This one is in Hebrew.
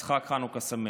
אז חג חנוכה שמח.